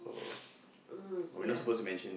mm yeah